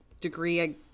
degree